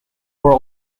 were